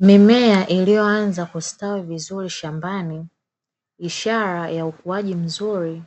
Mimea iliyoanza kustawi vizuri shambani, ishara ya ukuaji mzuri